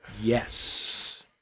Yes